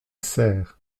serres